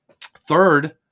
Third